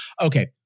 okay